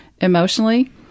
emotionally